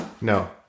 no